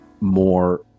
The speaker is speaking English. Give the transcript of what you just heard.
more